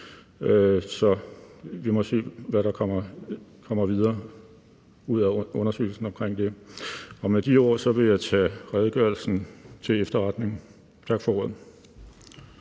Vi må se, hvad der videre kommer ud af undersøgelsen af det. Med de ord vil jeg tage redegørelsen til efterretning. Tak for ordet.